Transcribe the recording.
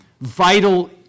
vital